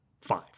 five